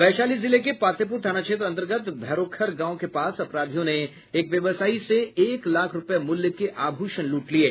वैशाली जिले के पातेपुर थाना क्षेत्र अंतर्गत भैरोखर गांव के पास अपराधियों ने एक व्यवसायी से एक लाख रूपये मुल्य के आभूषण लूट लिये